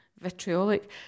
vitriolic